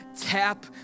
tap